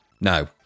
No